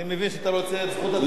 אני מבין שאתה רוצה את זכות התגובה.